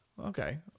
Okay